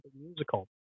musical